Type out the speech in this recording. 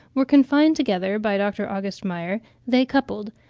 were confined together by dr. aug. meyer, they coupled,